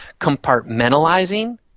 compartmentalizing